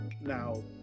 Now